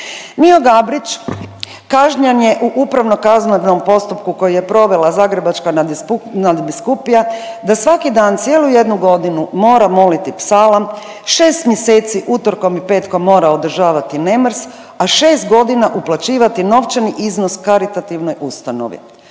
Mijo Gabrić kažnjen je u upravno-kaznenom postupku koji je provela Zagrebačka nadbiskupija da svaki dan cijelu jednu godinu mora moliti psalam, 6 mjeseci utorkom i petkom mora održavati nemrs, a 6 godina uplaćivati novčani iznos caritativnoj ustanovi.